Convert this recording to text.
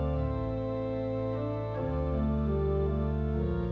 for